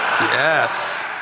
Yes